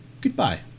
Goodbye